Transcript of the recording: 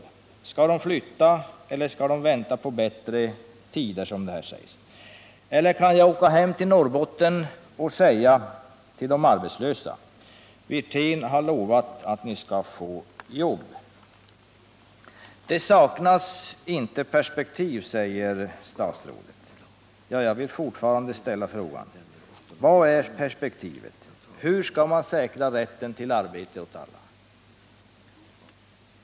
Skall de flytta eller skall de, som herr Wirténs svar innebär, vänta på bättre tider? Eller kan jag fara hem till Norrbotten och säga till de arbetslösa att herr Wirtén har lovat att de skall få jobb? Statsrådet säger att det inte saknas perspektiv. Ja, jag vill fortfarande fråga: Vilket är perspektivet? Hur skall man säkra rätten till arbete åt alla?